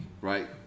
Right